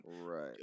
Right